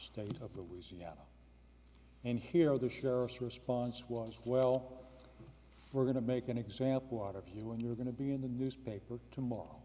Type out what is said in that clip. state of louisiana and here the sheriff's response was well we're going to make an example out of you and you're going to be in the newspaper tomorrow